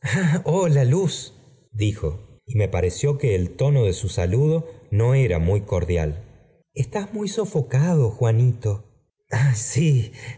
dijo y me pareció que el tono ii de fu saludp no era muy cordial estás muy sofocado juanita